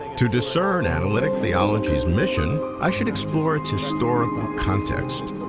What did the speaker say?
to discern analytic theology's mission, i should explore its historical context.